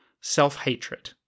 self-hatred